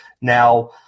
Now